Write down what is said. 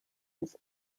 his